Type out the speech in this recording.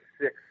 six